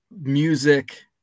music